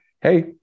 hey